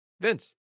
Vince